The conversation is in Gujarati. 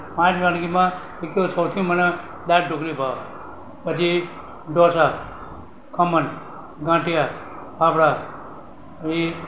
પાંચ વાનગીમાં એક તો સૌથી મને દાળ ઢોકળી ભાવે પછી ઢોસા ખમણ ગાંઠિયા ફાફડા પછી